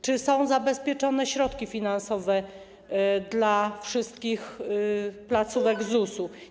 Czy są zabezpieczone środki finansowe dla wszystkich placówek ZUS?